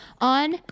on